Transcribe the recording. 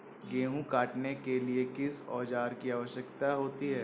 गेहूँ काटने के लिए किस औजार की आवश्यकता होती है?